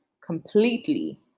completely